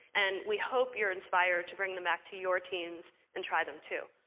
and we hope you're inspired to bring them back to your teams and try them too.